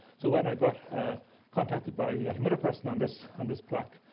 so, when i got contacted by yeah another person on this on this plaque